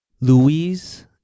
Louise